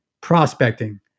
prospecting